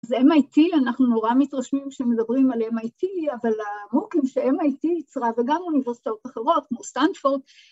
‫זה MIT, אנחנו נורא מתרשמים ‫שמדברים על MIT, ‫אבל המוקים שMIT יצרה, ‫וגם אוניברסיטאות אחרות כמו סטנדפורד...